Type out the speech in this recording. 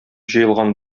җыелган